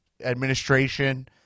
administration